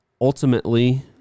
ultimately